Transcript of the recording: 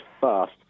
fast